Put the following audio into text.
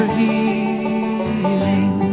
healing